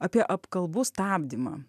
apie apkalbų stabdymą